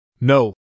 No